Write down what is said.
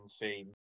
theme